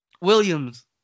Williams